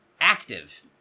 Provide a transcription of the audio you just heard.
active